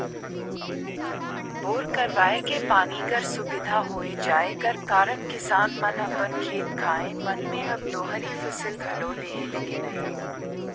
bore करवाए के पानी कर सुबिधा होए जाए कर कारन किसान मन अपन खेत खाएर मन मे अब दोहरी फसिल घलो लेहे लगिन अहे